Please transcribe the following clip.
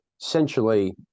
Essentially